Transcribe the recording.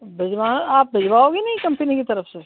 भिजवाओ आप भिजवाओगी नहीं कंपनी की तरफ़ से